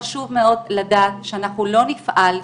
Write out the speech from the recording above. חשוב מאוד לדעת שאנחנו לא נפעל,